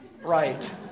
right